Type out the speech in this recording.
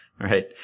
right